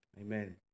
Amen